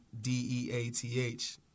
D-E-A-T-H